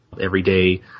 everyday